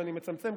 ואני מצמצם,